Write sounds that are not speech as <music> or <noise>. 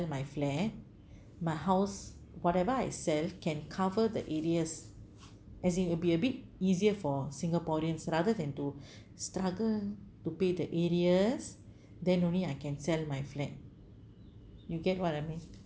my flat my house whatever I sell can cover the areas as in it'll be a bit easier for singaporeans rather than to <breath> struggle to pay the areas then only I can sell my flat you get what I mean